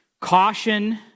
caution